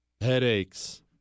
headaches